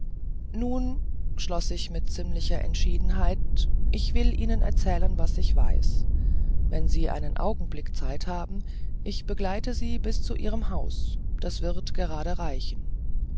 nun schloß ich mit ziemlicher entschiedenheit ich will ihnen erzählen was ich weiß wenn sie einen augenblick zeit haben ich begleite sie bis zu ihrem hause das wird gerade reichen